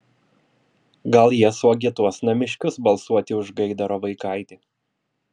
gal jie suagituos namiškius balsuoti už gaidaro vaikaitį